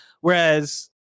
Whereas